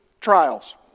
trials